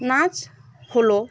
নাচ হলো